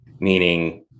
meaning